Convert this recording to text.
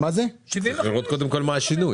צריך קודם כל לראות מה השינוי.